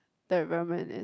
the environment in